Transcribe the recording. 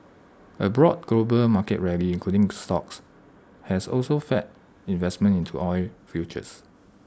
A broad global market rally including stocks has also fed investment into oil futures